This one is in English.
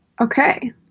Okay